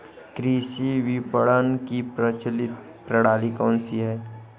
कृषि विपणन की प्रचलित प्रणाली कौन सी है?